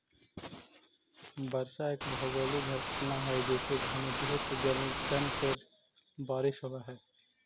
वर्षा एक भौगोलिक घटना हई जेसे घनीभूत जलकण के बारिश होवऽ हई